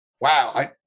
wow